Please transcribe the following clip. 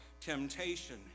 temptation